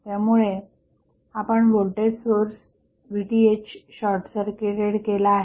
त्यामुळे आपण voltage source VTh short circuited केला आहे